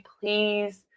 please